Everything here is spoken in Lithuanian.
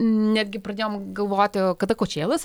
netgi pradėjom galvoti kada kočėlas